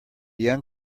young